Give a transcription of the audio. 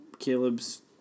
Caleb's